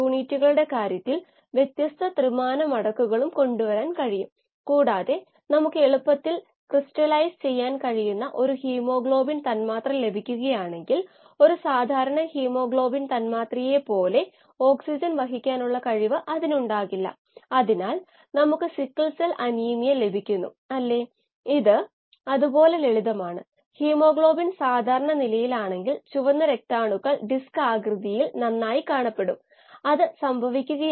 ഇവ ഒരു പാത്രത്തിൽ വയ്ക്കുക അതായത് അലിഞ്ഞു ചേർന്ന ഓക്സിജൻ നില അളക്കേണ്ട ബ്രോത്തിൽ മുക്കി വെക്കും ഈ പാത്രത്തെ ഒരു ഓക്സിജൻ പെർമീബിൾ പാട കൊണ്ട് ആവരണം ചെയ്യുന്നു